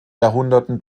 jahrhunderten